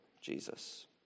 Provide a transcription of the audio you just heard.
Jesus